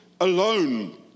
alone